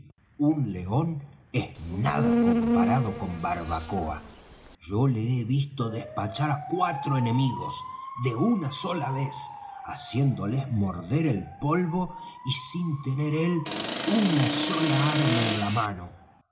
un león es nada comparado con barbacoa yo le he visto despachar á cuatro enemigos de una sola vez haciéndoles morder el polvo y sin tener él una sola arma en la mano